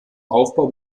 aufbau